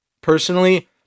personally